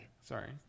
Sorry